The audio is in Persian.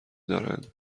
دارند